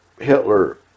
Hitler